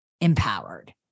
empowered